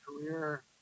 career